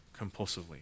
compulsively